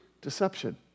Deception